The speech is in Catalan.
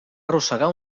arrossegar